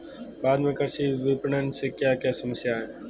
भारत में कृषि विपणन से क्या क्या समस्या हैं?